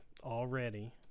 already